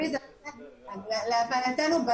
להבנתנו,